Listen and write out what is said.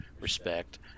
respect